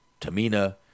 Tamina